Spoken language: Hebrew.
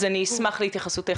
אז אני אשמח להתייחסותך,